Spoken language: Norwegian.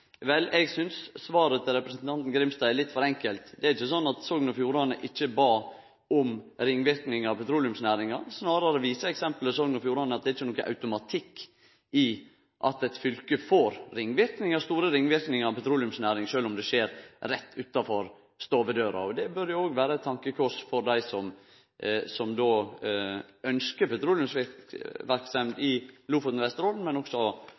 Vel, eg synest svaret til representanten Grimstad er litt for enkelt. Det er ikkje sånn at Sogn og Fjordane ikkje bad om ringverknader av petroleumsnæringa. Snarare viser eksemplet Sogn og Fjordane at det ikkje er nokon automatikk i at eit fylke får store ringverknader av petroleumsnæring, sjølv om det skjer rett utanfor stovedøra. Det bør òg vere ein tankekross for dei som ynskjer petroleumsverksemd i Lofoten og Vesterålen, men også